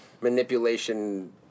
manipulation